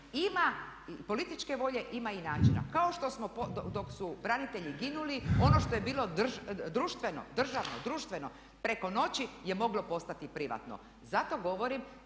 ima i političke volje ima i načina, kao što dok su branitelji ginuli, ono što je bilo društveno, državno, preko noći je postalo privatno. Zato govorim